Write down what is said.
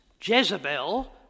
Jezebel